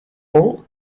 ans